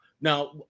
Now